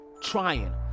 trying